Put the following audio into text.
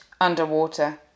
underwater